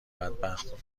بدبخت